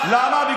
למה לא?